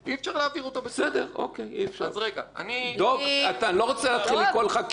--- אני לא רוצה לקרוא אותך קריאת.